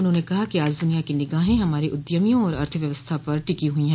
उन्होंने कहा कि आज दुनिया की निगाहे हमारे उद्यमियों और अर्थव्यवस्था पर टिकी हुई है